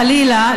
חלילה,